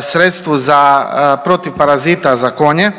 sredstvu za protiv parazita za konje